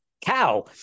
cow